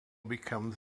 becomes